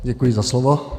Děkuji za slovo.